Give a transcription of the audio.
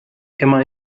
immer